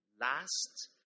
last